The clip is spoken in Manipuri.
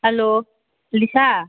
ꯍꯜꯂꯣ ꯏꯂꯤꯁꯥ